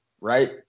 right